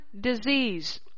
disease